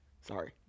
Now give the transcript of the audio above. Sorry